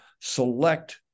select